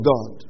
God